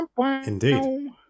Indeed